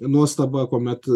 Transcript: nuostabą kuomet